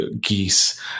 geese